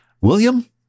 William